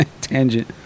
tangent